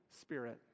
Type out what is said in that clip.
Spirit